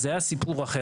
אז זה היה סיפור אחר.